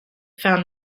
found